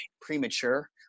premature